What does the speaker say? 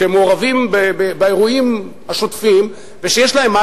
שמעורבים באירועים השוטפים ויש להם מה